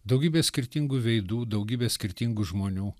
daugybė skirtingų veidų daugybė skirtingų žmonių